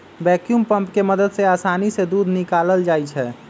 vacuum pump के मदद से आसानी से दूध निकाकलल जाइ छै